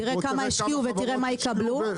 תראה כמה השקיעו ותראה מה יקבלו.